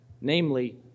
Namely